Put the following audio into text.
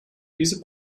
diese